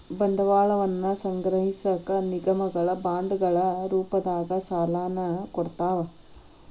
ಬಂಡವಾಳವನ್ನ ಸಂಗ್ರಹಿಸಕ ನಿಗಮಗಳ ಬಾಂಡ್ಗಳ ರೂಪದಾಗ ಸಾಲನ ಕೊಡ್ತಾವ